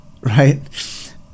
Right